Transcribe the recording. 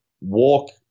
walk